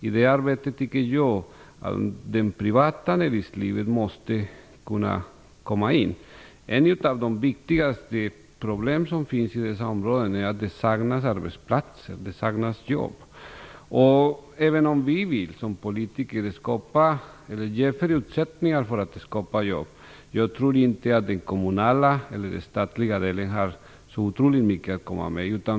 I det arbetet måste det privata näringslivet kunna komma in. Ett av de viktigaste problem som finns i dessa områden är att det saknas arbetsplatser, att det saknas jobb. Även om vi som politiker vill ge förutsättningar för att skapa jobb tror jag inte att det kommunala eller statliga området har så otroligt mycket att komma med.